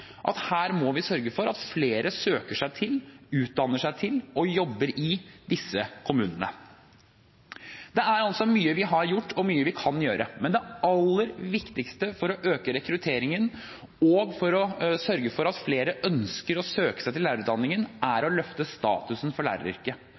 at vi må sørge for at flere søker seg til, utdanner seg til og jobber i disse kommunene. Det er mye vi har gjort, og mye vi kan gjøre, men det aller viktigste for å øke rekrutteringen og sørge for at flere ønsker å søke seg til lærerutdanningen, er